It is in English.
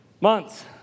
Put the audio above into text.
months